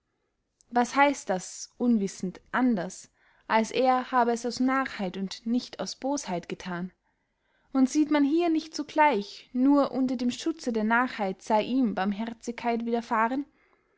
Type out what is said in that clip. was heißt das unwissend anders als er habe es aus narrheit und nicht aus bosheit gethan und sieht man hier nicht zugleich nur unter dem schutze der narrheit sey ihm barmherzigkeit wiederfahren